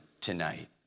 tonight